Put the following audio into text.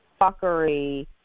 fuckery